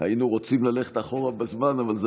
היינו רוצים ללכת אחורה בזמן,